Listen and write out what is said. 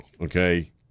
Okay